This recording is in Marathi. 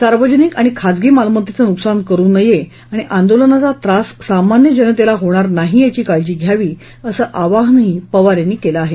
सार्वजनिक आणि खाजगी मालमत्तेचं नुकसान करु नये आणि आंदोलनाचा त्रास सामान्य जनतेला होणार नाही याची काळजी घ्यावी असं आवाहनही त्यांनी केलं आहे